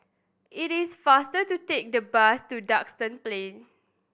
it is faster to take the bus to Duxton Plain